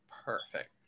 perfect